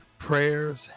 prayers